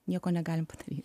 nieko negalim padaryt